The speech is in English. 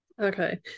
Okay